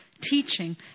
teaching